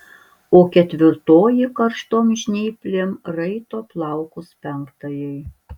o ketvirtoji karštom žnyplėm raito plaukus penktajai